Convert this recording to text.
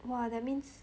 !wah! that means